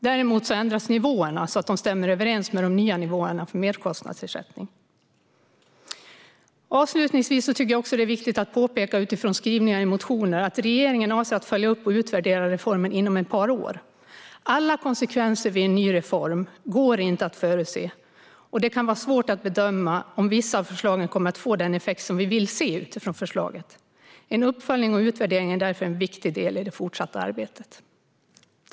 Däremot ändras nivåerna så att de stämmer överens med de nya nivåerna för merkostnadsersättning. Avslutningsvis tycker jag att det utifrån skrivningar i motioner är viktigt att påpeka att regeringen avser att följa upp och utvärdera reformen inom ett par år. Alla konsekvenser av en ny reform går inte att förutse, och det kan vara svårt att bedöma om vissa av förslagen kommer att få den effekt vi vill se. Uppföljning och utvärdering är därför en viktig del i det fortsatta arbetet.